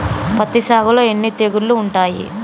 పత్తి సాగులో ఎన్ని తెగుళ్లు ఉంటాయి?